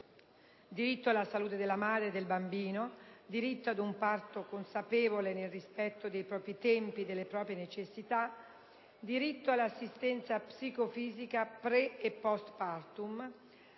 diritto alla salute della madre e del bambino, diritto ad un parto consapevole nel rispetto dei propri tempi e delle proprie necessità, diritto all'assistenza psicofisica *pre* e *post partum*,